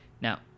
Now